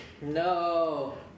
No